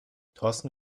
thorsten